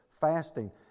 Fasting